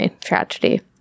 tragedy